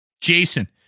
Jason